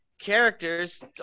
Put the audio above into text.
characters